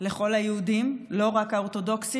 לכל היהודים, לא רק האורתודוקסים,